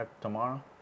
tomorrow